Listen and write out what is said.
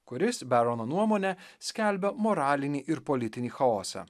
kuris berono nuomone skelbia moralinį ir politinį chaosą